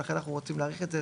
ולכן אנחנו רוצים להאריך את זה,